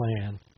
plan